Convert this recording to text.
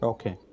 Okay